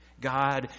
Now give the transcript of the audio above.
god